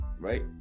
right